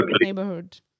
neighborhood